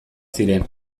ziren